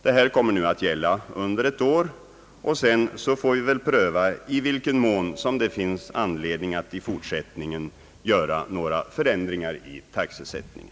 Det här kommer nu att gälla under ett år, och sedan får vi väl pröva i vilken mån det finns anledning att i fortsättningen göra förändringar i taxesättningen.